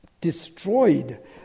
destroyed